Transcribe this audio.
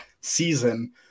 season